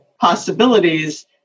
possibilities